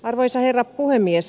arvoisa herra puhemies